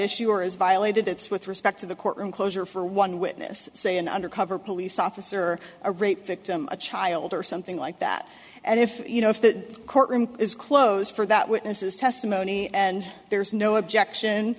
issue or is violated it's with respect to the courtroom closure for one witness say an undercover police officer a rape victim a child or something like that and if you know if the courtroom is closed for that witness's testimony and there's no objection